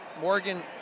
Morgan